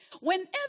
Whenever